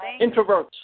introverts